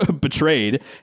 betrayed